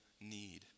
need